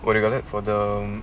what do you call that for the